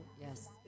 yes